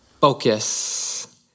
focus